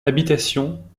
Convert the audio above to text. habitations